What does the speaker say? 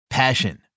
passion